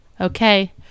Okay